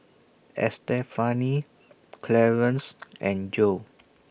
Estefani Clarence and Joe